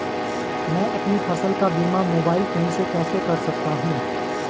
मैं अपनी फसल का बीमा मोबाइल फोन से कैसे कर सकता हूँ?